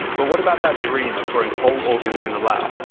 but what about that dream of growing whole organs in the lab?